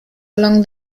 along